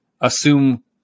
assume